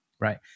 right